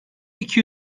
iki